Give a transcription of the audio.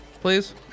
please